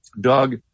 Doug